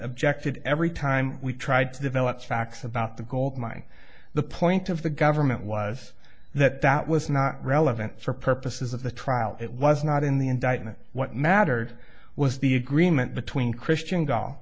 objected every time we tried to develop facts about the gold mine the point of the government was that that was not relevant for purposes of the trial it was not in the indictment what mattered was the agreement between christian g